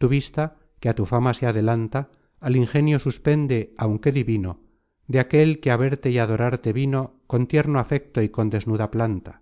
tu vista que a tu fama se adelanta al ingenio suspende aunque divino content from google book search generated at de aquel que á verte y adorarte vino con tierno afecto y con desnuda planta